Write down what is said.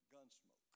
Gunsmoke